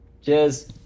Cheers